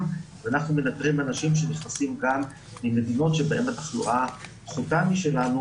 ואנחנו מנטרים אנשים שנכנסים גם ממדינות שבהן התחלואה פחותה משלנו,